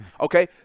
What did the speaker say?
Okay